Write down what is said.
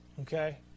Okay